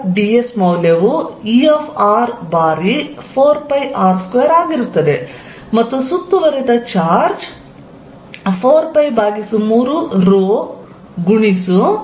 ds ಮೌಲ್ಯವು E ಬಾರಿ 4πr2 ಆಗಿರುತ್ತದೆ ಮತ್ತು ಸುತ್ತುವರೆದ ಚಾರ್ಜ್ 4π3r30